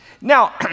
Now